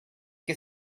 que